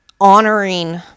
honoring